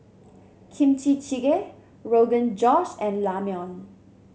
Kimchi Jjigae Rogan Josh and Ramyeon